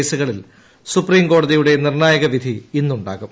കേസുകളിൽ സുപ്രീംകോടതിയുടെ നിർണ്ണായക വിധി ഇന്നുണ്ടാകും